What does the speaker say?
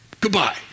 Goodbye